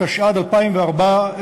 התשע"ד 2014,